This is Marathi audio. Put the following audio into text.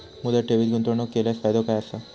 मुदत ठेवीत गुंतवणूक केल्यास फायदो काय आसा?